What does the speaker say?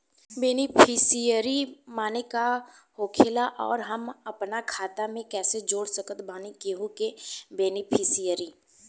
Beneficiary माने का होखेला और हम आपन खाता मे कैसे जोड़ सकत बानी केहु के बेनीफिसियरी?